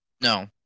No